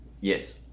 yes